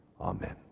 Amen